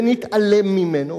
ונתעלם ממנו,